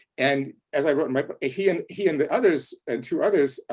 and as i wrote, my but he and he and the others, and two others,